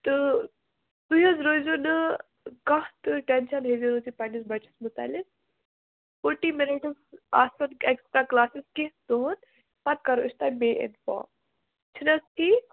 تہٕ تُہۍ حظ روٗزیو نہٕ کانٛہہ تہٕ ٹٮ۪نشن ہیٚزیٚو نہٕ تُہۍ پَنٕنِس بَچَس مُتعلِق فورٹی مِنَٹٔس آسن اٮ۪کٔسٹرا کَلاسٕز کیٚنٛہن دۅہَن پَتہٕ کرو أسۍ تۄہہِ پَتہٕ بیٚیہِ اِنفارٕم چھُنہٕ حظ ٹھیٖک